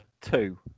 two